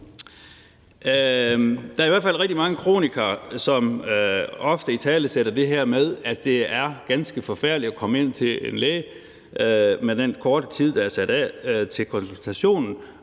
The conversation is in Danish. Der er i hvert fald rigtig mange kronikere, som ofte italesætter det her med, at det er ganske forfærdeligt at komme ind til en læge, med den korte tid, der er sat af til konsultationen,